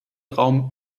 raum